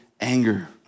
anger